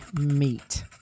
meat